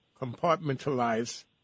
compartmentalize